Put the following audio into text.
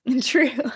True